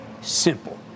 Simple